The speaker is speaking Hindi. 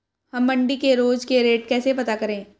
हम मंडी के रोज के रेट कैसे पता करें?